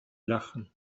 lachen